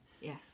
yes